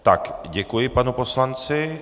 Tak, děkuji panu poslanci.